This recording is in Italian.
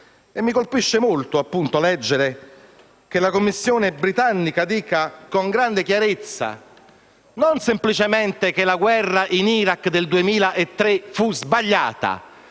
Mi colpisce molto leggere che la commissione britannica dica con grande chiarezza non semplicemente che la guerra in Iraq del 2003 fu sbagliata,